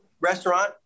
restaurant